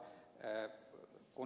kun ed